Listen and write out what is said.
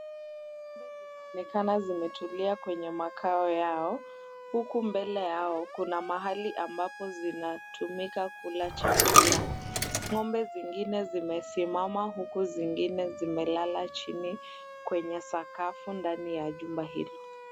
Ng'ombe zinaonekana zimetulia kwenye makao yao, huku mbele yao kuna mahali ambapo zinatumika kula chakula. Ng'ombe zingine zimesimama huku zingine zimelala chini kwenye sakafu ndani ya jumba hilo.